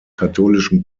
katholischen